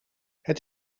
het